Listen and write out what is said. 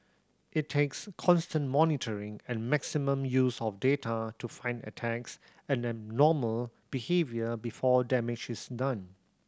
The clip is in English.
it takes constant monitoring and maximum use of data to find attacks and abnormal behaviour before damage is done